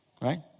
Right